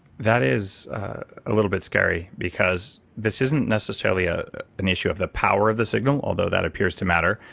that is a little bit scary because this isn't necessarily ah an issue of the power of the signal, although that appears to matter.